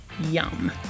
yum